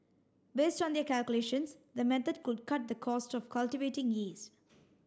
based on their calculations the method could cut the cost of cultivating yeast